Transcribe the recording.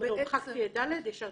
לא, מחקתי את (ד), השארתי את (ה).